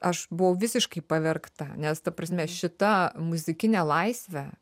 aš buvau visiškai pavergta nes ta prasme šita muzikinė laisvė